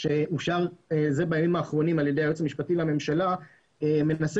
שאושר בימים האחרונים על-ידי היועץ המשפטי לממשלה מנסה